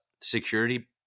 security